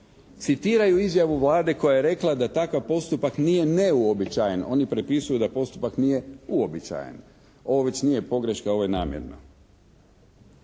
Citiraju izjavu Vlade koja je rekla da takav postupak nije neuobičajen, oni prepisuju da postupak nije uobičajen. Ovo već nije pogreška, ovo je namjerno.